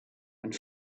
and